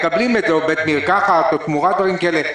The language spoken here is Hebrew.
מקבלים את זה בבית מרקחת או תמורת דברים כאלה.